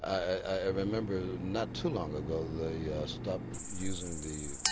i remember not too long ago they stopped using the